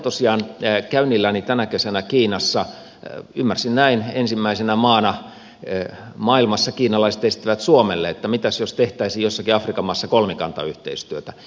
tosiaan käynnilläni tänä kesänä kiinassa ymmärsin näin ensimmäisenä maana maailmassa kiinalaiset esittivät suomelle että mitäs jos tehtäisiin jossakin afrikan maassa kolmikantayhteistyötä